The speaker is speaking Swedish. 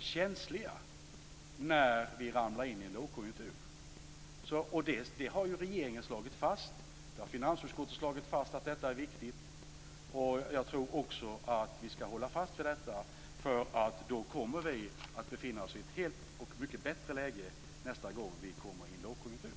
känsliga när vi ramlar in i en lågkonjunktur. Regeringen och finansutskottet har slagit fast att detta är viktigt, och jag tror att vi skall hålla fast vid det. Då kommer vi att befinna oss i ett helt annorlunda och mycket bättre läge nästa gång vi kommer i en lågkonjunktur.